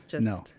No